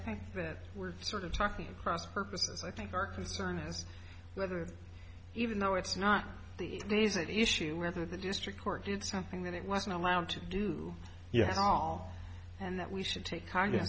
think that we're sort of talking cross purposes i think our concern is whether even though it's not the issue whether the district court did something that it wasn't allowed to do us all and that we should take